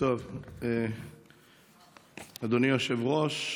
אדוני היושב-ראש,